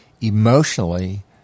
emotionally